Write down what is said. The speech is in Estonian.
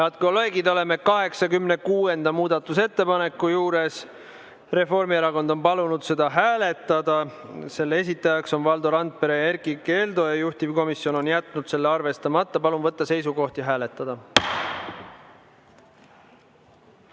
Head kolleegid, oleme 86. muudatusettepaneku juures. Reformierakond on palunud seda hääletada. Muudatusettepaneku esitajad on Valdo Randpere ja Erkki Keldo, juhtivkomisjon on jätnud selle arvestamata. Palun võtta seisukoht ja hääletada!